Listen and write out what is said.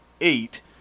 eight